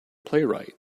playwright